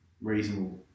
reasonable